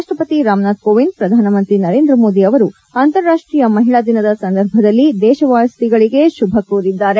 ರಾಷ್ಷಪತಿ ರಾಮ್ ನಾಥ್ ಕೋವಿಂದ್ ಪ್ರಧಾನಮಂತ್ರಿ ನರೇಂದ್ರ ಮೋದಿ ಅವರು ಅಂತಾರಾಷ್ಟೀಯ ಮಹಿಳಾ ದಿನದ ಸಂದರ್ಭದಲ್ಲಿ ದೇಶವಾಸಿಗಳಿಗೆ ಶುಭ ಕೋರಿದ್ದಾರೆ